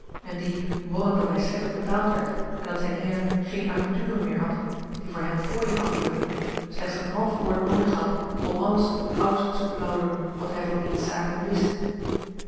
en die morrend dat hij slecht betaald werd en dat zijn heer geen avonturen meer had die voor hem fooien afwierpen slechts een half woord noodig had om alles aus zu plaudern wat hij van diens zaken wist